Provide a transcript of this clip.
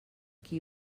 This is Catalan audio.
qui